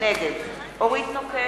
נגד אורית נוקד,